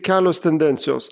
kelios tendencijos